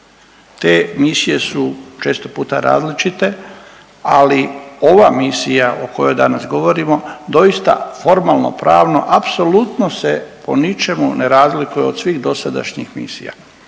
Te misije su često puta različite, ali ova misija o kojoj danas govorimo doista formalnopravno apsolutno se po ničemu ne razlikuje od svih dosadašnjih misija,